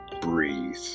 Breathe